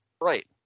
Right